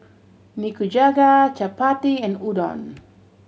Nikujaga Chapati and Udon